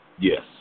Yes